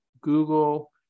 Google